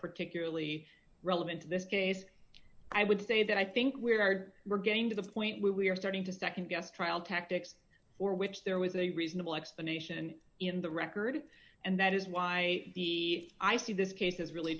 particularly relevant to this case i would say that i think we're we're getting to the point where we are starting to nd guess trial tactics for which there was a reasonable explanation in the record and that is why the i c this case is really